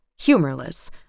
humorless